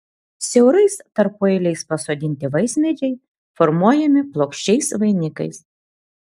siaurais tarpueiliais pasodinti vaismedžiai formuojami plokščiais vainikais